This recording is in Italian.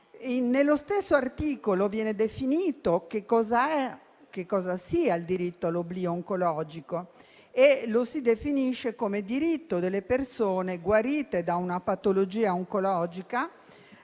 Nello stesso articolo viene definito che cosa sia il diritto all'oblio oncologico e lo si definisce come diritto, riconosciuto alle persone guarite da una patologia oncologica,